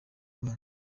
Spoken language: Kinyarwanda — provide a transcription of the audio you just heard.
rwanda